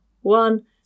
one